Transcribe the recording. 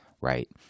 right